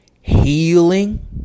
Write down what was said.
healing